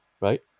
Right